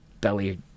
belly